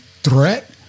threat